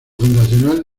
fundacional